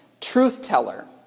truth-teller